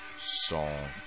Song